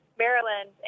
Maryland